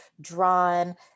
drawn